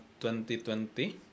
2020